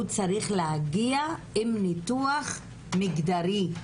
הוא צריך להגיע עם ניתוח מגדרי.